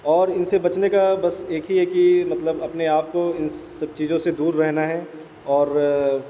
اور ان سے بچنے کا بس ایک ہی ہے کہ مطلب اپنے آپ کو ان سب چیزوں سے دور رہنا ہے اور